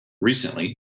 recently